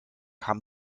haben